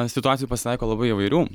situacijų pasitaiko labai įvairių